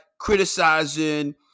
criticizing